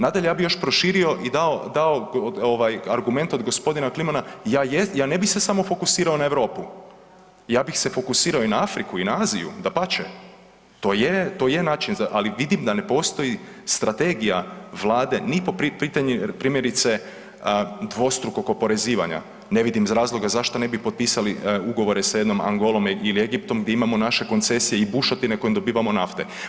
Nadalje, ja bi još proširio i dao, dao ovaj argument od g. Klimana, ja, ja ne bi se samo fokusirao na Europu, ja bih se fokusirao i na Afriku i na Aziju, dapače, to je, to je način za, ali vidim da ne postoji strategija vlade ni po pitanju primjerice dvostrukog oporezivanja, ne vidim razloga zašto ne bi potpisali ugovore sa jednom Angolom ili Egiptom gdje imamo naše koncesije i bušotine kojom dobivamo nafte.